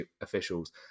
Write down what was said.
officials